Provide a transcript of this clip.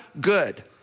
good